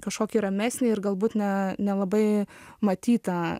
kažkokį ramesnį ir galbūt ne nelabai matytą